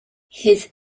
his